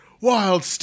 Wild